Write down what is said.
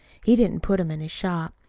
he didn't put them in his shop.